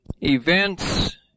events